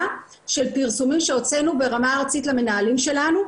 של פרסומים שהוצאנו ברמה ארצית למנהלים שלנו,